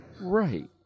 right